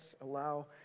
allow